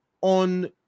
on